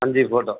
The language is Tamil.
அஞ்சு ஃபோட்டோ